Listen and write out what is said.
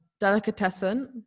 delicatessen